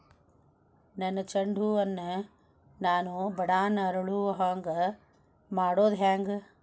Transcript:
ನನ್ನ ಚಂಡ ಹೂ ಅನ್ನ ನಾನು ಬಡಾನ್ ಅರಳು ಹಾಂಗ ಮಾಡೋದು ಹ್ಯಾಂಗ್?